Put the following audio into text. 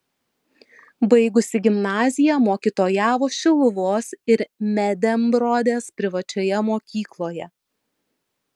baigusi gimnaziją mokytojavo šiluvos ir medemrodės privačioje mokykloje